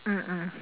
mm mm